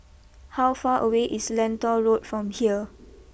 how far away is Lentor Road from here